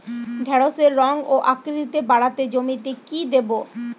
ঢেঁড়সের রং ও আকৃতিতে বাড়াতে জমিতে কি দেবো?